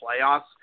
playoffs